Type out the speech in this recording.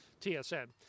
TSN